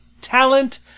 talent